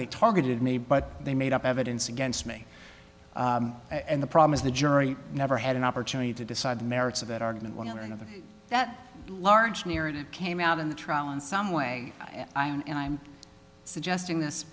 they targeted me but they made up evidence against me and the problem is the jury never had an opportunity to decide the merits of that argument when anything of that large narrative came out in the trial in some way i am and i'm suggesting this